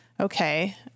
okay